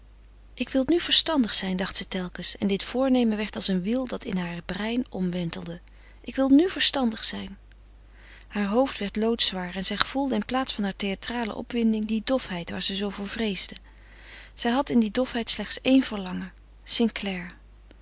ik wil nu verstandiger zijn dacht ze telkens en dit voornemen werd als een wiel dat in haar brein omwentelde ik wil nu verstandiger zijn haar hoofd werd loodzwaar en zij gevoelde in plaats van heure theatrale opwinding die dofheid waar ze zoo voor vreesde zij had in die dofheid slechts éen verlangen